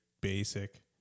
basic